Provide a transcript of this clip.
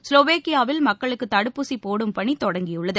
ஸ்லோவேக்கியாவில் மக்களுக்கு தடுப்பூசி போடும் பணி தொடங்கியுள்ளது